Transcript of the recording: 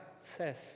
says